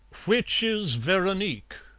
which is veronique?